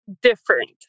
different